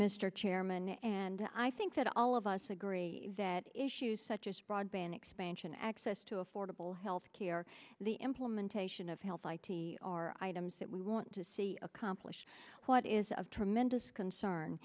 mr chairman and i think that all of us agree that issues such as broadband expansion access to affordable health care the implementation of health i t are items that we want to see accomplished what is of tremendous concern